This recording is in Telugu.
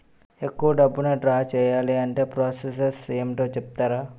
ఎక్కువ డబ్బును ద్రా చేయాలి అంటే ప్రాస సస్ ఏమిటో చెప్తారా?